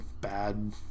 bad